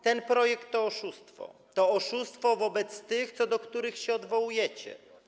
Ten projekt to oszustwo, to oszustwo wobec tych, do których się odwołujecie.